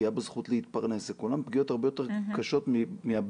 פגיעה בזכות להתפרנס אלה כולן פגיעות הרבה יותר קשות מהבדיקה.